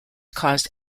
caused